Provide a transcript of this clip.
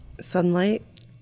Sunlight